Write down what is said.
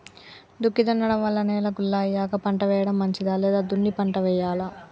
దుక్కి దున్నడం వల్ల నేల గుల్ల అయ్యాక పంట వేయడం మంచిదా లేదా దున్ని పంట వెయ్యాలా?